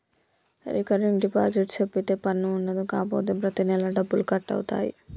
recurring deposit సేపిత్తే పన్ను ఉండదు కాపోతే ప్రతి నెలా డబ్బులు కట్ అవుతాయి